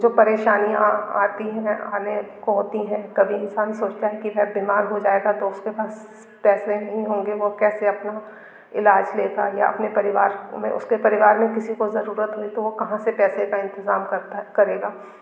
जो परेशानियाँ आती हैं आने को होती हैं कभी इंसान सोचता है कि वह बीमार हो जाएगा तो उसके पास पैसे नहीं होंगे वह अब कैसे अपना इलाज़ लेगा या अपने परिवार उमें उसके परिवार में किसी को ज़रूरत हुई तो वह कहाँ से पैसे का इंतजाम करता है करेगा